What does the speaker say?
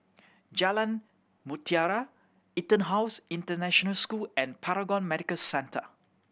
Jalan Mutiara EtonHouse International School and Paragon Medical Centre